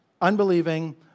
unbelieving